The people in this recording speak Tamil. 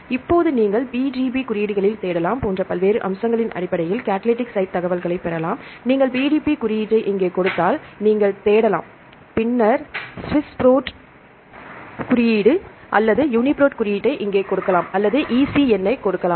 எனவே இப்போது நீங்கள் PDB குறியீடுகளில் தேடலாம் போன்ற பல்வேறு அம்சங்களின் அடிப்படையில் கடலிடிக் சைட் தகவல்களைப் பெறலாம் நீங்கள் PDB குறியீட்டை இங்கே கொடுத்தால் நீங்கள் தேடலாம் பின்னர் சுவிஸ் புரோட் குறியீடு அல்லது யூனிபிரோட் குறியீட்டை இங்கே கொடுக்கலாம் அல்லது EC எண் ஐ கொடுக்கலாம்